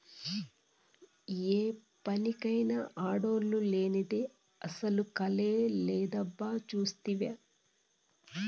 ఏ పనికైనా ఆడోల్లు లేనిదే అసల కళే లేదబ్బా సూస్తివా